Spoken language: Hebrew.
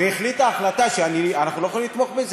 והחליטה החלטה שאנחנו לא יכולים לתמוך בזה.